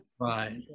Right